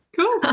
cool